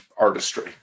artistry